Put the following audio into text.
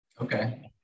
Okay